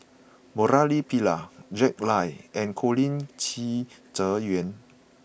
Murali Pillai Jack Lai and Colin Qi Zhe Quan